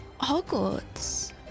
hogwarts